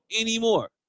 anymore